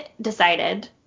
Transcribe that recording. decided